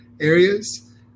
areas